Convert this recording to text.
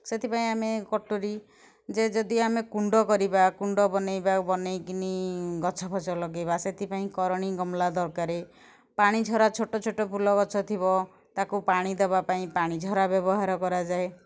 ସେଥିପାଇଁ ଆମେ କଟୁରୀ ଯେ ଯଦି ଆମେ କୁଣ୍ଡ କରିବା କୁଣ୍ଡ ବନେଇବା ବନେଇକି ଗଛ ଫଛ ଲଗେଇବା ସେଥିପାଇଁ କରଣୀ ଗମଲା ଦରକାରେ ପାଣି ଝରା ଛୋଟ ଛୋଟ ଫୁଲ ଗଛ ଥିବ ତାକୁ ପାଣି ଦେବା ପାଇଁ ପାଣିଝରା ବ୍ୟବହାର କରାଯାଏ